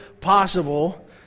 possible